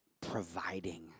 providing